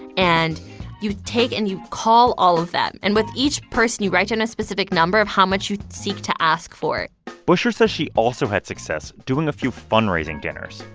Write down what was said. and you take and you call all of them. and with each person, you write down and a specific number of how much you seek to ask for bushra says she also had success doing a few fundraising dinners.